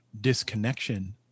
disconnection